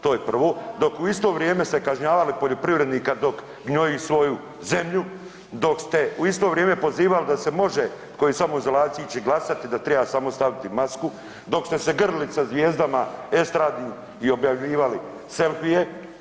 To je prvo, dok u isto vrijeme ste kažnjavali poljoprivrednika dok gnoji svoju zemlju, dok ste u isto vrijeme pozivali da se može tko je u samoizolaciji ići glasati da triba samo staviti masku, dok ste se grlili sa zvijezdama estradnim i objavljivali selfie.